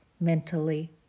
mentally